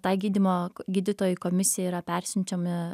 tai gydymo gydytojų komisijai yra persiunčiami